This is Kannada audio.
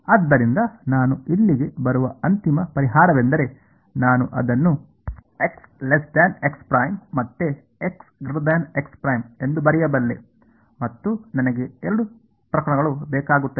ಆದ್ದರಿಂದ ನಾನು ಇಲ್ಲಿಗೆ ಬರುವ ಅಂತಿಮ ಪರಿಹಾರವೆಂದರೆ ನಾನು ಅದನ್ನು ಮತ್ತೆ ಎಂದು ಬರೆಯಬಲ್ಲೆ ಮತ್ತು ನನಗೆ ಎರಡು ಪ್ರಕರಣಗಳು ಬೇಕಾಗುತ್ತವೆ